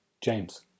James